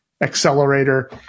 accelerator